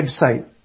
website